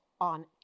on